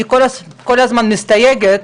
אני כל הזמן מסתייגת